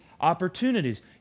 opportunities